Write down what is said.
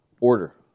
Order